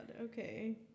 Okay